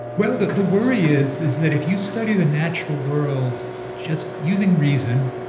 well, the the worry is, is that if you study the natural world just using reason,